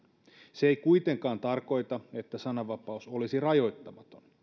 se ei kuitenkaan tarkoita että sananvapaus olisi rajoittamaton